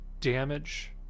damage